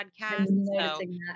podcast